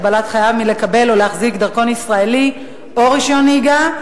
הגבלת חייב מלקבל או להחזיק דרכון ישראלי או רשיון נהיגה,